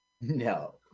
No